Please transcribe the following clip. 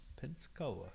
Pensacola